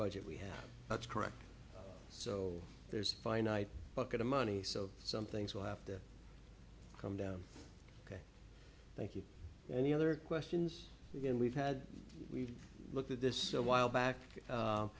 budget we have that's correct so there's a finite bucket of money so some things will have to come down thank you and the other questions again we've had we've looked at this a while back